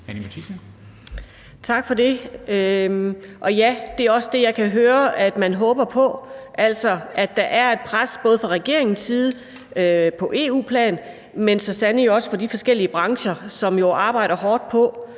Tak for det. Og ja, det er også det, jeg kan høre man håber på, altså at der er et pres både fra regeringens side på EU-plan, men så sandelig også fra de forskellige brancher, som arbejder hårdt på,